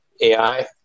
AI